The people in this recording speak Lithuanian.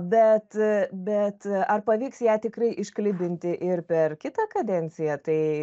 bet bet ar pavyks ją tikrai išklibinti ir per kitą kadenciją tai